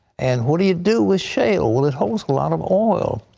and what do you do with shale? well, it holds a lot of oil.